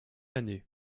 année